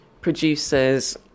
producers